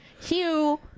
Hugh